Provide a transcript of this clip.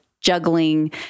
juggling